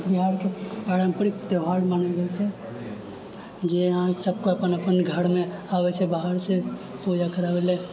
बिहारके पारम्परिक त्योहार मानल गेल छै जे अहाँ सबके अपन अपन घरमे आबै छै बाहरसँ पूजा कराबैलए